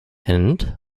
and